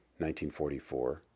1944